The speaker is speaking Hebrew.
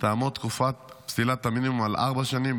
תקופת פסילת המינימום על ארבע שנים.